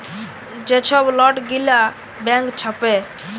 যে ছব লট গিলা ব্যাংক ছাপে